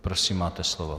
Prosím, máte slovo.